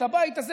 הבית הזה,